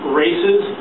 races